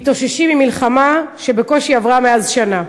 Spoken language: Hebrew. מתאוששים ממלחמה שבקושי עברה מאז שנה,